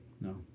No